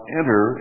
enter